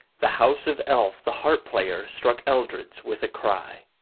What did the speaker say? the house of elf the harp-player, struck eldred's with a cry.